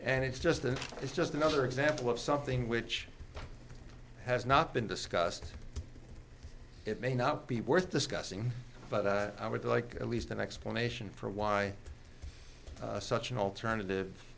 and it's just this is just another example of something which has not been discussed it may not be worth discussing but i would like at least an explanation for why such an alternative